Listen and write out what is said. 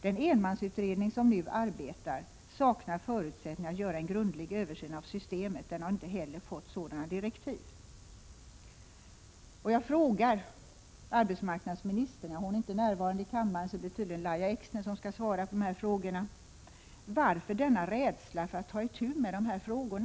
Den enmansutredning som nu arbetar saknar förutsättningar att göra en grundlig översyn av systemet. Den har inte heller fått sådana direktiv. Jag frågar arbetsmarknadsministern — hon är inte närvarande i kammaren, varför tydligen Lahja Exner får svara — varför ni är så rädda för att ta itu med dessa frågor.